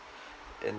in